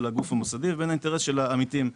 הגוף המוסדי לבין האינטרס של העמיתים.